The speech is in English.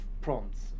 prompts